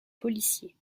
policiers